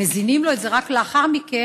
ומזינים לו את זה רק לאחר מכן,